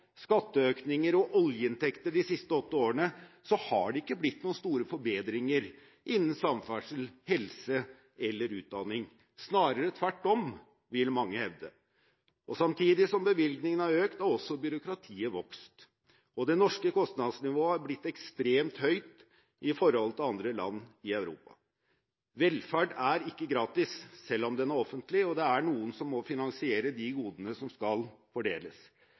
skatteøkninger og oljeinntekter de siste åtte årene har det ikke blitt store forbedringer innen samferdsel, helse eller utdanning – snarere tvert om, vil mange hevde. Samtidig som bevilgningene har økt, har også byråkratiet vokst, og det norske kostnadsnivået har blitt ekstremt høyt i forhold til andre land i Europa. Velferd er ikke gratis selv om den er offentlig; noen må finansiere de godene som skal fordeles.